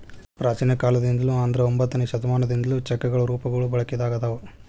ಪ್ರಾಚೇನ ಕಾಲದಿಂದ್ಲು ಅಂದ್ರ ಒಂಬತ್ತನೆ ಶತಮಾನದಿಂದ್ಲು ಚೆಕ್ಗಳ ರೂಪಗಳು ಬಳಕೆದಾಗ ಅದಾವ